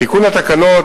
תיקון התקנות,